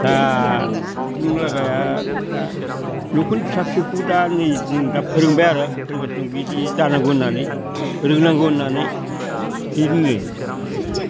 दा बुंनो लागाया न'खरनि फिसा फिसौखौ दा नै जों दा फोरोंबाय आरो फोरोंगासिनो दं बिदि जानांगौ होननानै रोंनांगौ होननानै बिदिनो